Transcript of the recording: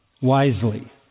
wisely